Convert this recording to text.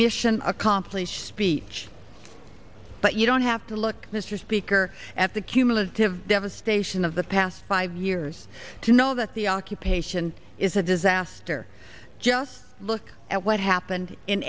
mission accomplished speech but you don't have to look mr speaker at the cumulative devastation of the past five years to know that the occupation is a disaster just look at what happened in